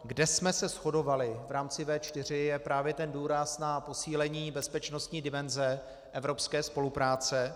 Kde jsme se shodovali v rámci V4, je právě ten důraz na posílení bezpečnostní dimenze evropské spolupráce.